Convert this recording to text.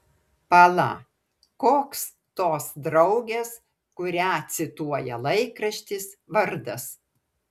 pala koks tos draugės kurią cituoja laikraštis vardas